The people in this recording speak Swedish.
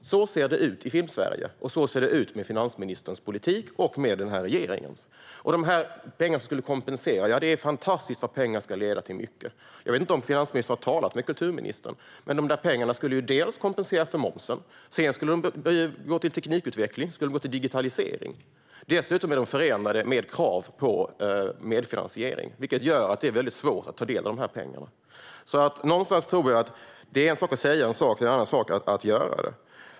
Så ser det ut i Filmsverige, och så ser det ut med finansministerns och denna regerings politik. Sedan gäller det de pengar som skulle kompensera. Ja, det är fantastiskt vad pengar ska leda till mycket. Jag vet inte om finansministern har talat med kulturministern, men dessa pengar skulle bland annat kompensera för momsen. Sedan skulle de gå till teknikutveckling. De skulle gå till digitalisering. Dessutom är de förenade med krav på medfinansiering, vilket gör att det är mycket svårt att ta del av dessa pengar. Det är en sak att säga en sak. Det är en annan sak att göra det.